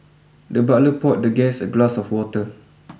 the butler poured the guest a glass of water